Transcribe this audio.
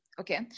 Okay